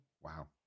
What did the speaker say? Wow